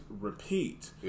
repeat